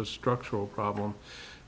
the structural problem